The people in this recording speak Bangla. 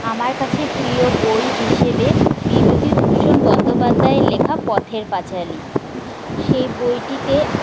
আমার কাছে প্রিয় বই হিসেবে বিভূতিভূষণ বন্দ্যোপাধ্যায়ের লেখা পথের পাঁচালি সেই বইটিতে